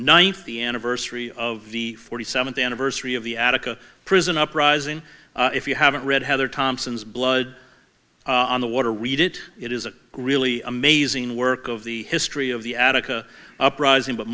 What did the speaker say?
ninth the anniversary of the forty seventh anniversary of the attica prison uprising if you haven't read heather thompson's blood on the water read it it is a really amazing work of the history of the attica uprising but